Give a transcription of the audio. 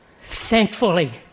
Thankfully